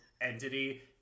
entity